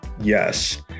yes